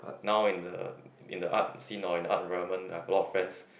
now in the in the arts scene or arts environment I've a lot of friends